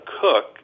cook